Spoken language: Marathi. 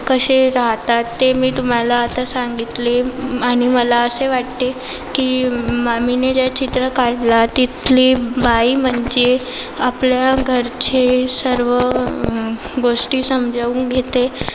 कसे राहतात ते मी तुम्हाला आता सांगितले आणि मला असे वाटते की म मी जे चित्र काढलं तिथली बाई म्हणजे आपल्या घरचे सर्व गोष्टी समजावून घेते